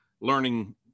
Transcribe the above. learning